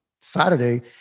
saturday